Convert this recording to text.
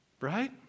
right